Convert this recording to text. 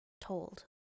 told